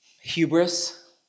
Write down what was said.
hubris